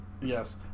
Yes